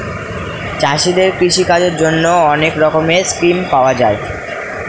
চাষীদের কৃষিকাজের জন্যে অনেক রকমের স্কিম পাওয়া যায়